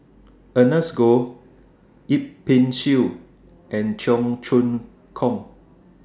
Ernest Goh Yip Pin Xiu and Cheong Choong Kong